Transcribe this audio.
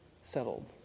settled